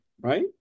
right